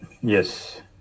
Yes